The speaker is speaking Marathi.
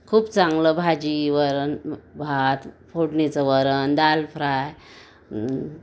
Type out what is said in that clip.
खूप चांगलं भाजी वरणभात फोडणीचं वरण दाल फ्राय